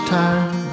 time